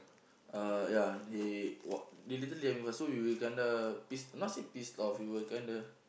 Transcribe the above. uh ya and he wa~ literally and we was we were kinda pissed not say pissed off we were kinda